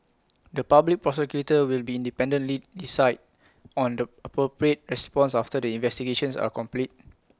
the Public Prosecutor will be independently decide on the appropriate response after the investigations are complete